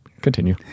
Continue